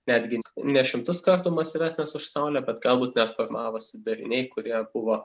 netgi ne šimtus kartų masyvesnės už saulę bet galbūt net formavosi dariniai kurie buvo